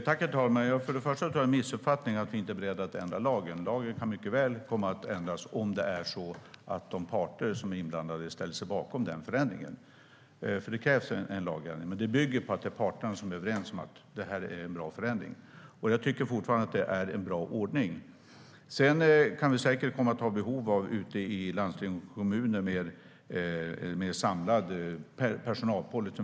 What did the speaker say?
Herr talman! Först och främst tror jag att det är en missuppfattning att vi inte är beredda att ändra lagen. Lagen kan mycket väl komma att ändras om de parter som är inblandade ställer sig bakom den förändringen. Det krävs nämligen en lagändring. Men det bygger på att det är parterna som är överens om att det är en bra förändring, och jag tycker fortfarande att det är en bra ordning. Sedan kan vi säkert ute i landsting och kommuner komma att ha behov av en mer samlad personalpolicy.